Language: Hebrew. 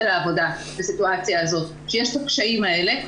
לעבודה בסיטואציה הזאת כשיש את הקשיים האלה,